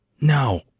No